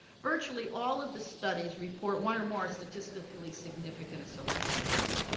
virtually all of the studies report one or more statistically significant associations.